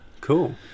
Cool